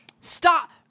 Stop